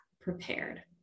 prepared